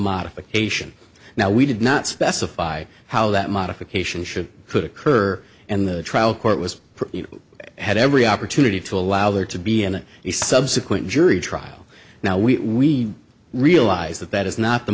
modification now we did not specify how that modification should could occur and the trial court was had every opportunity to allow there to be any subsequent jury trial now we realize that that is not the